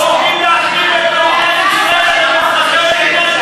אתה כבר לא סגן שר אוצר.